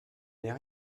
n’est